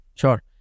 Sure